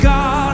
God